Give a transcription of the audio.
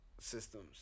systems